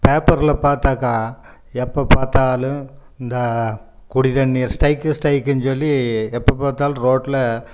பேப்பரில் பார்த்தாக்கா எப்போது பார்த்தாலும் இந்த குடிதண்ணி ஸ்டைக்கு ஸ்டைக்குனு சொல்லி எப்போது பார்த்தாலும் ரோடில்